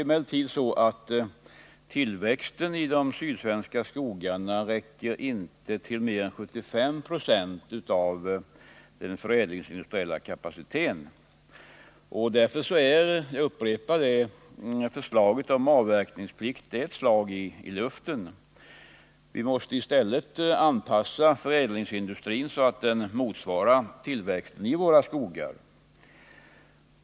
Emellertid räcker tillväxten i de sydsvenska skogarna inte till mer än 75 26 av den förädlingsindustriella kapaciteten, och därför är — jag upprepar det — fö laget om avverkningsplikt ett slag i luften. Vi måste i stället anpassa förädlingsindustrin så att den motsvarar tillväxten i våra skogar.